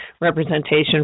representation